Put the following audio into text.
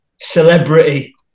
celebrity